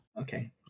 Okay